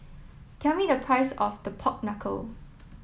tell me the price of the Pork Knuckle